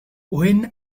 when